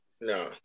No